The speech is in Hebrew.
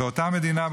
ואותה מדינה,